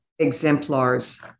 exemplars